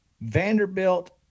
Vanderbilt